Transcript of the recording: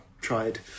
tried